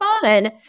fun